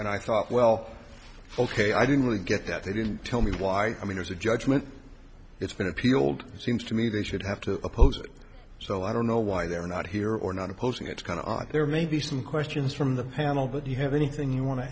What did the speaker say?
and i thought well ok i didn't really get that they didn't tell me why i mean there's a judgment it's been appealed it seems to me they should have to oppose it so i don't know why they're not here or not opposing it's kind of on there maybe some questions from the panel but you have anything you want to